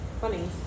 Funny